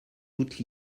toutes